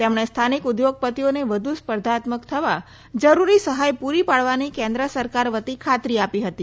તેમણે સ્થાનિક ઉદ્યોગપતિઓને વધુ સ્પર્ધાત્મક થવા જરૂરી સહાય પુરી પાડવાની કેન્દ્ર સરકાર વતી ખાતરી આપી હતી